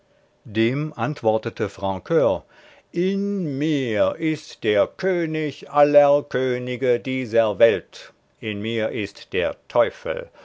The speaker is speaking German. dem antwortete francur in mir ist der könig aller könige dieser welt in mir ist der teufel